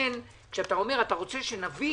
לכן כשאתה אומר שאתה רוצה שנבין